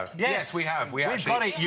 ah yes, we have, we have. we've got it, you.